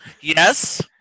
yes